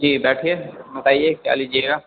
جی بیٹھئیے بتائیے کیا لیجیے گا